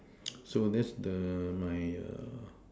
so there's the my